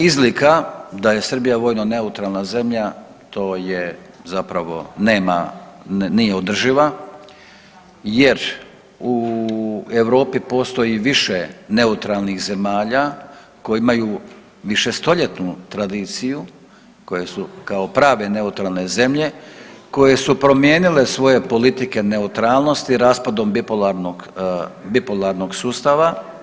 Izlika da je Srbija vojno neutralna zemlja to je zapravo nije održiva, jer u Europi postoji više neutralnih zemalja koje imaju višestoljetnu tradiciju, koje su kao prave neutralne zemlje koje su promijenile svoje politike neutralnosti raspadom bipolarnog sustava.